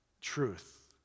truth